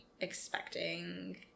expecting